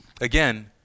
Again